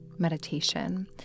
meditation